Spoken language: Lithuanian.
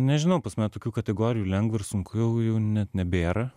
nežinau pas mane tokių kategorijų lengvo ir sunku jau jau net nebėra